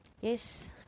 Yes